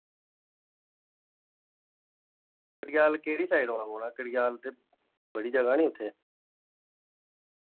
कड़गयाल केह्ड़ी साइड औना पौना कड़गयाल उ'दे बड़ी जगह् नी उत्थै